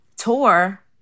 tour